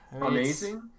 Amazing